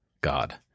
God